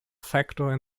factor